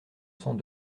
cent